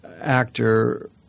actor